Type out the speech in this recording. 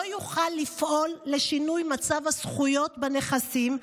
לא יוכל לפעול לשינוי מצב הזכויות בנכסים,